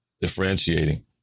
Differentiating